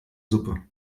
suppe